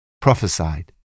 prophesied